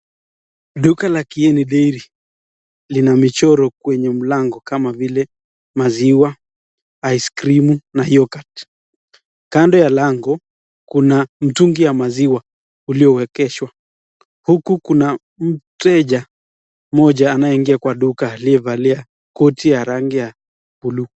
Duka la Kieni Dairy lina michoro kwenye mlango kama vile maziwa, ice creamu na hiyo kati. Kando ya lango kuna mtungi ya maziwa uliowekeshwa. Huku kuna mteja mmoja anayeingia kwa duka aliyevaa koti ya rangi ya buluu.